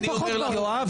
אין.